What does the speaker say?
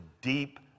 deep